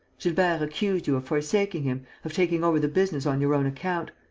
gilbert accused you of forsaking him, of taking over the business on your own account.